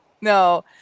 No